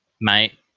mate